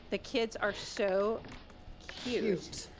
the kids are so cute,